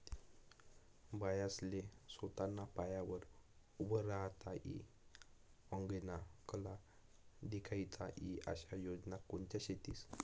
बायास्ले सोताना पायावर उभं राहता ई आंगेनी कला दखाडता ई आशा योजना कोणत्या शेतीस?